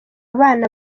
abana